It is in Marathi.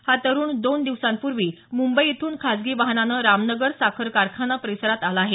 हा तरुण दोन दिवसांपूर्वी मुंबई इथून खासगी वाहनाने रामनगर साखर कारखाना परिसरात आला आहे